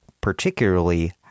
particularly